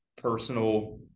personal